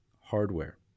hardware